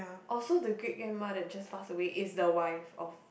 orh so the great grandma that just passed away is the wife of